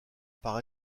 par